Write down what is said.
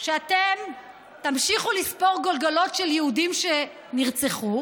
שאתם תמשיכו לספור גולגולות של יהודים שנרצחו,